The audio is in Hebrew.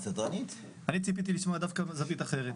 אני ציפיתי לשמוע דווקא זווית אחרת.